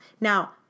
now